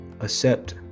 accept